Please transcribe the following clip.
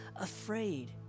afraid